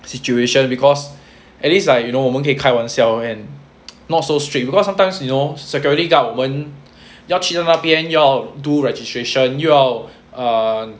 situation because at least like you know 我们可以开玩笑 and not so strict because sometimes you know security guard 我们要去到那边要 do registration 又要 err